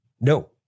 No